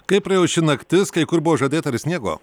kaip praėjo ši naktis kai kur buvo žadėta ir sniego